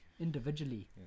Individually